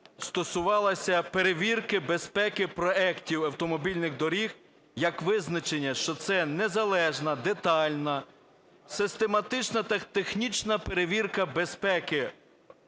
стосувалася перевірки безпеки проектів автомобільних доріг як визначення, що це незалежна, детальна, систематична та технічна перевірка безпеки